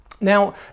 Now